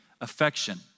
affection